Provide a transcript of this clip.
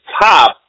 top